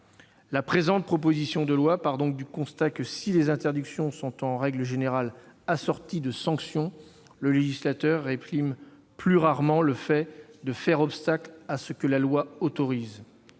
La présente proposition de loi repose donc sur le constat que si les interdictions sont en règle générale assorties de sanctions, le législateur réprime plus rarement le fait de faire obstacle à ce que la loi autorise.